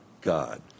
God